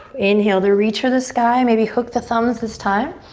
inhale to reach for the sky. maybe hook the thumbs this time.